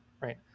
right